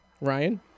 Ryan